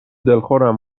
دلخورم